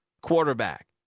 quarterback